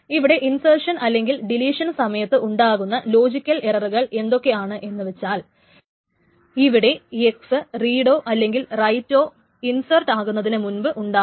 ഇവിടെ ഇൻസർഷൻ അല്ലെങ്കിൽ ഡിലീഷൻ സമയത്ത് ഉണ്ടാകുന്ന ലോജിക്കൽ എററുകൾ എന്തൊക്കെ ആണ് എന്ന് വെച്ചാൽ ഇവിടെ x റീഡോ അല്ലെങ്കിൽ റൈറ്റോ ഇൻസർട്ട് നടക്കുന്നതിനു മുൻപ് ഉണ്ടാകാം